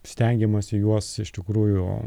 stengiamasi juos iš tikrųjų